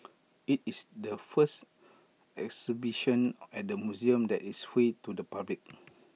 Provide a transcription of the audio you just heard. IT is the first exhibition at the museum that is free to the public